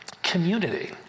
Community